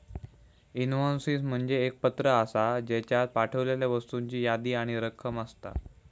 invoices म्हणजे एक पत्र आसा, ज्येच्यात पाठवलेल्या वस्तूंची यादी आणि रक्कम असता